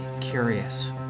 curious